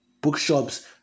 Bookshops